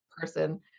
person